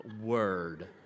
word